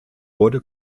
wurde